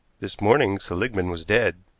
this morning seligmann was dead,